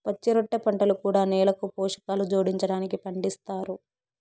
పచ్చిరొట్ట పంటలు కూడా నేలకు పోషకాలు జోడించడానికి పండిస్తారు